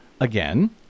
again